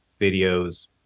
videos